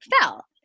fell